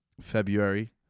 february